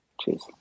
Cheers